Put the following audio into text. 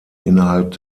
innerhalb